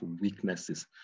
weaknesses